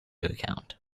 account